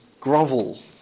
grovel